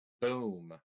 boom